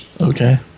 Okay